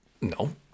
No